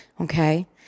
okay